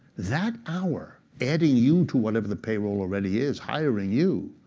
that hour, adding you to whatever the payroll already is, hiring you,